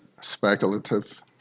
speculative